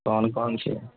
کون کون سی